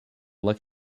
look